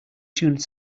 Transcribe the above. tune